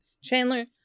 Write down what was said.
Chandler